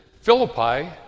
Philippi